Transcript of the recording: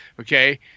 Okay